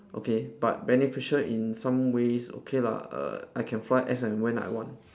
okay but beneficial in some ways okay lah err I can fly as and when I want